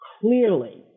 clearly